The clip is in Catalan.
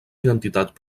identitat